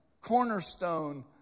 cornerstone